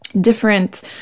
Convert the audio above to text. different